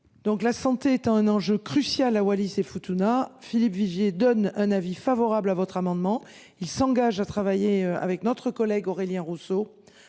La santé étant un enjeu crucial à Wallis et Futuna, Philippe Vigier émet un avis favorable sur votre amendement. Il s’engage à travailler avec Aurélien Rousseau